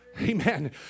Amen